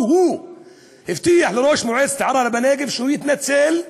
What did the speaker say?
או הוא הבטיח לראש מועצת ערערה בנגב שהוא יתנצל,